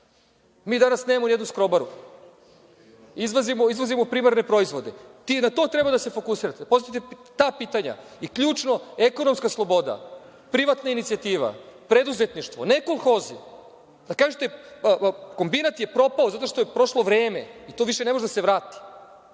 Mi danas nemamo ni jednu skrobaru. Izvozimo primarne proizvode. Na to treba da se fokusirate, da postavite ta pitanja. Ključno, ekonomska sloboda, privatna inicijativa, preduzetništvo, ne „Kolhozi“, da kažete – kombinat je propao zato što je prošlo vreme i to više ne može da se vrati.